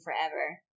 forever